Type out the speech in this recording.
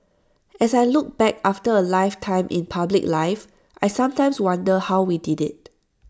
as I look back after A lifetime in public life I sometimes wonder how we did IT